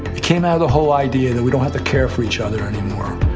it came out of the whole idea that we don't have to care for each other anymore.